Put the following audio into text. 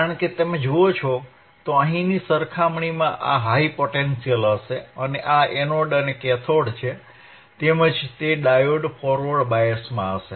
કારણ કે તમે જુઓ છો તો અહીંની સરખામણીમાં આ હાઇ પોટેંશીઅલ હશે અને આ એનોડ અને કેથોડ છે તેમજ તે ડાયોડ ફોરવર્ડ બાયસમાં હશે